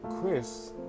Chris